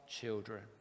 children